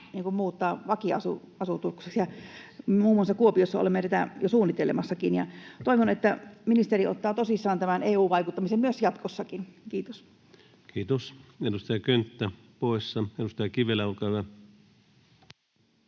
muuttaa vakiasutukseksi. Muun muassa Kuopiossa olemme tätä jo suunnittelemassakin. Toivon, että ministeri ottaa tosissaan tämän EU-vaikuttamisen myös jatkossa. — Kiitos. [Speech 80] Speaker: Ensimmäinen varapuhemies